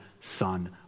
Son